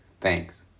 Thanks